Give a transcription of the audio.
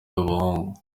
b’abahungu